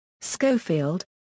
Schofield